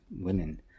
women